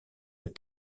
est